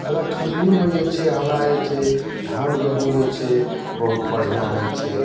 अगर ठंढी मे जे छै हमरा जे छै धान गेहूँ जे छै बहुत बढ़िऑं होइ छै